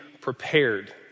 prepared